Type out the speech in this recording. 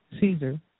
Caesar